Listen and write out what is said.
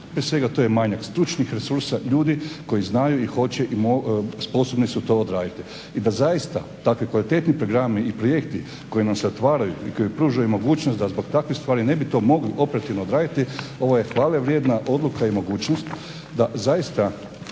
Prije svega to je manjak stručnih resursa ljudi koji znaju i hoće i sposobni su to odraditi. I da zaista takvi kvalitetni programi i projekti koji nam se otvaraju i koji pružaju mogućnost da zbog takvih stvari ne bi to mogli operativno odraditi ovo je hvalevrijedna odluka i mogućnost da zaista